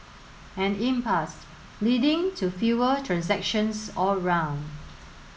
an leading to fewer transactions all round